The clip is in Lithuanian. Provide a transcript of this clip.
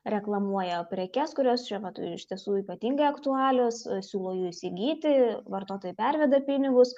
reklamuoja prekes kurios šiuo metu iš tiesų ypatingai aktualios siūlo įsigyti vartotojai perveda pinigus